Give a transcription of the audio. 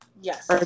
yes